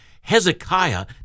Hezekiah